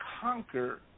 conquer